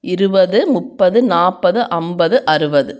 இருபது முப்பது நாற்பது ஐம்பது அறுபது